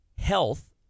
health